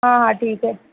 हाँ हाँ ठीक है